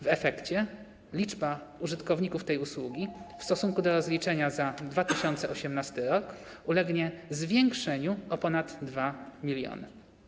W efekcie liczba użytkowników tej usługi w stosunku do rozliczenia za 2018 r. zwiększy się o ponad 2 mln.